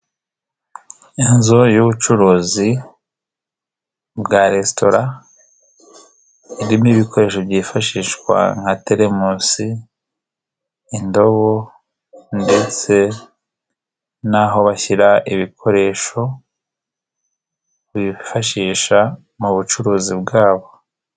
Inzu y'ubucuruzi bwa Resitora irimo ibikoresho byifashishwa nka telemusi, indobo ndetse bashyira ibikoresho bifashisha mu bucuruzi bwabo.